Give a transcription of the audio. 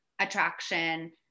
attraction